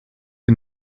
que